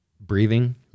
breathing